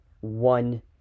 One